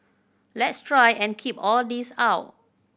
let's try and keep all this out